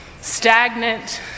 stagnant